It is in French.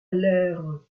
l’air